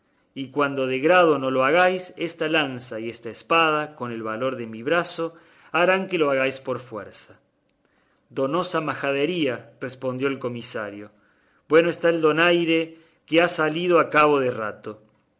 y cuando de grado no lo hagáis esta lanza y esta espada con el valor de mi brazo harán que lo hagáis por fuerza donosa majadería respondió el comisario bueno está el donaire con que ha salido a cabo de rato